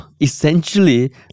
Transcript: essentially